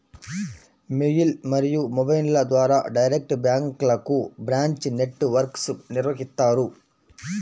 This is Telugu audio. మెయిల్ మరియు మొబైల్ల ద్వారా డైరెక్ట్ బ్యాంక్లకు బ్రాంచ్ నెట్ వర్క్ను నిర్వహిత్తారు